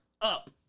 up